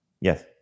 Yes